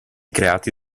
creati